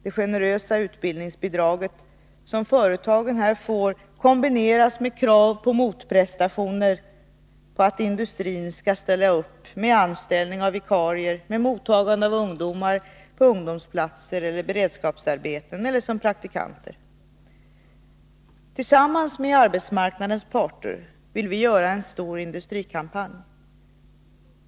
Det generösa utbildningsbidrag som företagen får kombineras med krav på motprestationer på industrin att ställa upp med anställning av vikarier, med mottagning av ungdomar på ungdomsplatser eller i beredskapsarbeten eller som praktikanter. Tillsammans med arbetsmarknadens parter vill vi göra en stor industrikampanj.